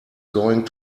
going